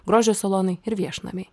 grožio salonai ir viešnamiai